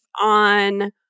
on